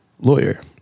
Lawyer